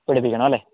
പിടിപ്പിക്കണം അല്ലേ